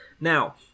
Now